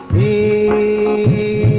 a